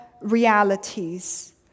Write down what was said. realities